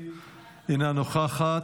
אינה נוכחת,